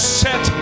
set